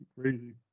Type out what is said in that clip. crazy